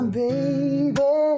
baby